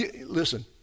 Listen